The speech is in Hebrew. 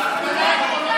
גדעון